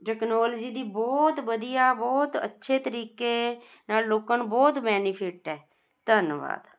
technology ਦੀ ਬਹੁਤ ਵਧੀਆ ਬਹੁਤ ਅੱਛੇ ਤਰੀਕੇ ਨਾਲ ਲੋਕਾਂ ਨੂੰ ਬਹੁਤ ਬੈਨੀਫਿਟ ਹੈ ਧੰਨਵਾਦ